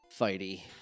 fighty